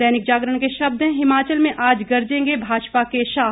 दैनिक जागरण के शब्द हैं हिमाचल में आज गरजेंगे भाजपा के शाह